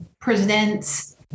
presents